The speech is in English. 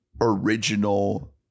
original